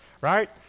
right